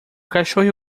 cachorro